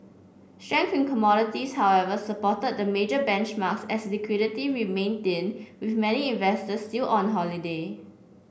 strength in commodities however supported the major benchmarks as liquidity remained thin with many investors still on holiday